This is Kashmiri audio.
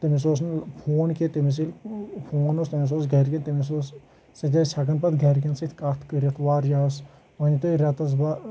تٔمِس اوس نہٕ فون کینٛہہ تٔمِس ییٚلہِ فون اوس تٔمِس اوس گرِ تٔمِس اوس سُہ تہِ اوس ہؠکان پَتہٕ گرِکؠن سۭتۍ کَتھ کٔرِتھ واریاہَس وۄنۍ تہِ رؠتَس منٛز